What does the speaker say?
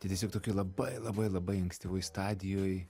tai tiesiog tokioj labai labai labai ankstyvoj stadijoj